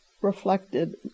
reflected